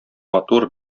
матур